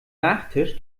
nachtisch